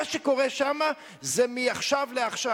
מה שקורה שם זה מעכשיו לעכשיו.